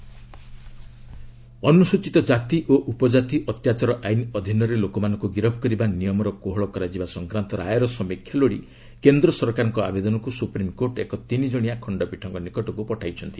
SC SC ST ଅନୁସ୍କଚିତ ଜାତି ଓ ଉପକାତି ଅତ୍ୟାଚାର ଆଇନ ଅଧୀନରେ ଲୋକମାନଙ୍କ ଗିରଫ କରିବା ନିୟମର କୋହଳ କରାଯିବା ସଂକାନ୍ତ ରାୟର ସମୀକ୍ଷା ଲୋଡ଼ି କେନ୍ଦ୍ର ସରକାରଙ୍କ ଆବେଦନକୁ ସୁପ୍ରିମକୋର୍ଟ ଏକ ତିନିଜଣିଆ ଖଣ୍ଡପୀଠଙ୍କ ନିକଟକୁ ପଠାଇଛନ୍ତି